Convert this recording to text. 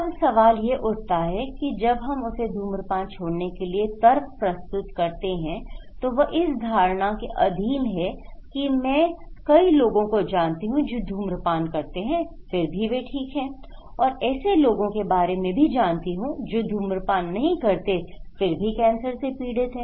अब सवाल ये उठता है कि जब हम उसे धूम्रपान छोड़ने के लिए तर्क प्रस्तुत करते हैं तो वह इस धारणा के अधीन है कि मैं कई लोगों को जानती हूं जो धूम्रपान करते हैं फिर भी वे ठीक है और ऐसे लोगों के बारे में भी जानती हूं जो धूम्रपान नहीं करते फिर भी कैंसर से पीड़ित हैं